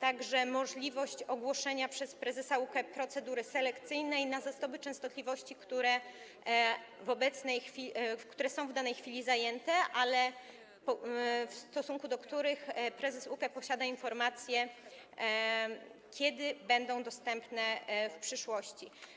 także możliwość ogłoszenia przez prezesa UKE procedury selekcyjnej na zasoby częstotliwości, które są w danej chwili zajęte, ale w stosunku do których prezes UKE posiada informacje, kiedy będą dostępne w przyszłości.